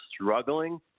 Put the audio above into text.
struggling